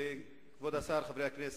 כבוד השר, חברי הכנסת,